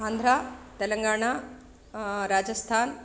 आन्ध्रा तेलङ्गाणा राजस्थानम्